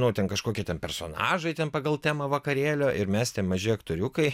nu ten kažkokie ten personažai ten pagal temą vakarėlio ir mes tie maži aktoriukai